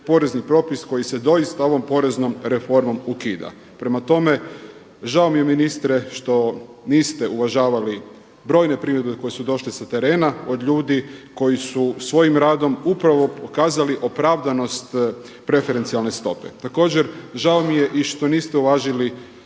porezni propis koji se doista ovom poreznom reformom ukida. Prema tome, žao mi je ministre što niste uvažavali brojne primjedbe koje su došle sa terena od ljudi koji su svojim radom upravo pokazali opravdanost preferencijalne stope. Također žao mi je i što niste uvažili